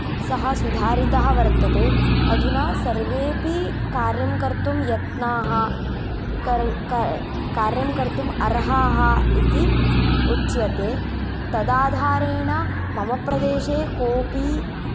सः सुधारितः वर्तते अधुना सर्वेऽपि कार्यं कर्तुं यत्नाः कार्यं कर्तुं अर्हाः इति उच्यते तद् आधारेण मम प्रदेशे कोऽपि